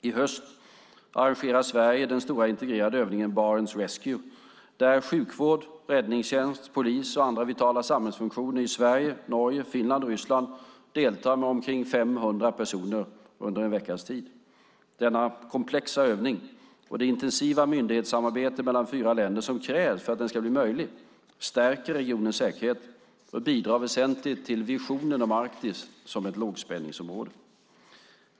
I höst arrangerar Sverige den stora integrerade övningen Barents Rescue, där sjukvård, räddningstjänst, polis och andra vitala samhällsfunktioner i Sverige, Norge, Finland och Ryssland deltar med omkring 500 personer under en veckas tid. Denna komplexa övning och det intensiva myndighetssamarbete mellan fyra länder som krävs för att den ska bli möjlig stärker regionens säkerhet och bidrar väsentligt till visionen om Arktis som ett lågspänningsområde.